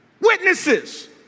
witnesses